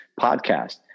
podcast